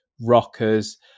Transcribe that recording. rockers